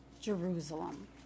Jerusalem